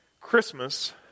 Christmas